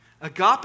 agape